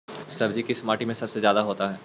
सब्जी किस माटी में सबसे ज्यादा होता है?